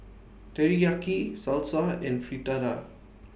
Teriyaki Salsa and Fritada